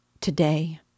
today